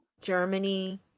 Germany